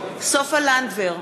סופה לנדבר,